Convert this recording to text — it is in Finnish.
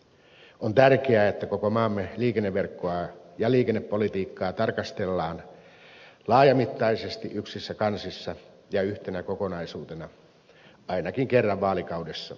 on tärkeää että koko maamme liikenneverkkoa ja liikennepolitiikkaa tarkastellaan laajamittaisesti yksissä kansissa ja yhtenä kokonaisuutena ainakin kerran vaalikaudessa